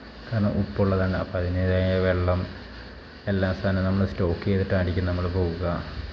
കാരണം ഉപ്പുള്ളതാണ് അപ്പം അതിൻ്റേതായ വെള്ളം എല്ലാ സാധനം നമ്മൾ സ്റ്റോക്ക് ചെയ്തിട്ടായിരിക്കും നമ്മൾ പോവുക